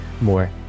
more